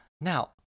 Now